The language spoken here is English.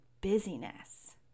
busyness